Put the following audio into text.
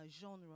genre